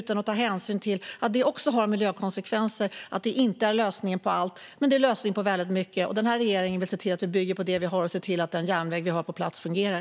Man tar ingen hänsyn till att det också har miljökonsekvenser. Det är inte lösningen på allt, men det är lösningen på väldigt mycket. Regeringen vill se till att bygga på det vi har och att befintlig järnväg fungerar.